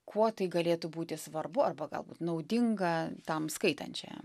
kuo tai galėtų būti svarbu arba galbūt naudinga tam skaitančiajam